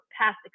past